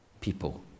people